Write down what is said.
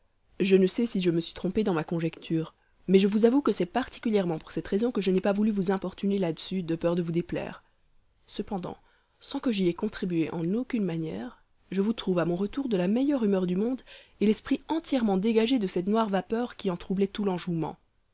je ne sais si je me suis trompé dans ma conjecture mais je vous avoue que c'est particulièrement pour cette raison que je n'ai pas voulu vous importuner là-dessus de peur de vous déplaire cependant sans que j'y aie contribué en aucune manière je vous trouve à mon retour de la meilleure humeur du monde et l'esprit entièrement dégagé de cette noire vapeur qui en troublait tout l'enjouement